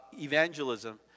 evangelism